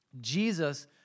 Jesus